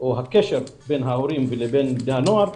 בין ההורים לבין בני הנוער,